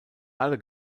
alle